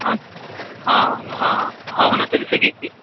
हँ हँ हँ होना चाही जैसेकी